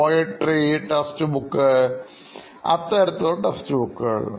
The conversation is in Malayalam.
പോയട്രി ടെസ്റ്റ് ബുക്ക് അത്തരത്തിലുള്ള ടെസ്റ്റ് ബുക്കുകൾ